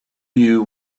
you